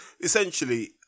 essentially